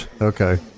Okay